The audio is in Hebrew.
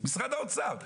משרד האוצר.